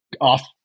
off